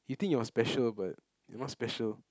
you think you're special but you're not special